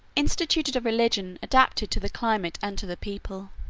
instituted a religion adapted to the climate and to the people.